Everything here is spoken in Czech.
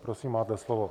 Prosím, máte slovo.